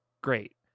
great